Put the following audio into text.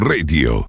Radio